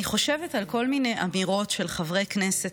אני חושבת על כל מיני אמירות של חברי כנסת